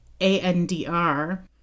A-N-D-R